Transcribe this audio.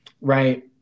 Right